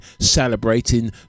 celebrating